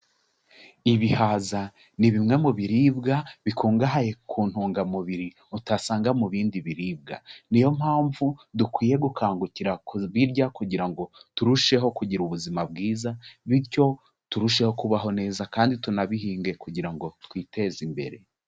Ibihaza ni bimwe mu biribwa bikungahaye ku ntungamubiri utasanga mu bindi biribwa, niyo mpamvu dukwiye gukangukira ku birya kugira ngo turusheho kugira ubuzima bwiza, bityo turusheho kubaho neza kandi tunabihinge kugira ngo twiteze imbere.